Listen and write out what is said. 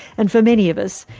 and for many of us,